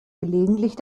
gelegentlich